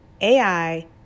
AI